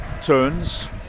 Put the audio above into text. turns